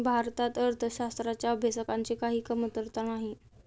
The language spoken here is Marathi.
भारतात अर्थशास्त्राच्या अभ्यासकांची काही कमतरता नाही